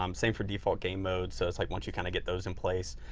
um same for default game modes. so it's like once you kind of get those in place,